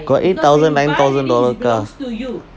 got eight thousand nine thousand dollar car